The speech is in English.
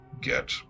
get